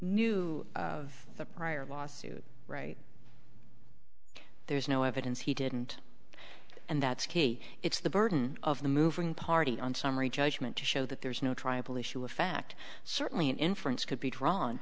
knew of the prior lawsuit right there's no evidence he didn't and that's key it's the burden of the moving party on summary judgment to show that there's no tribal issue of fact certainly an inference could be drawn